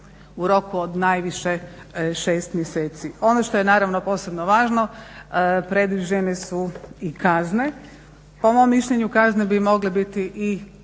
u roku od najviše šest mjeseci. Ono što je naravno posebno važno, predviđene su i kazne. Po mom mišljenju kazne bi mogle biti i